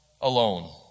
alone